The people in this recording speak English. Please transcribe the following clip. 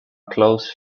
close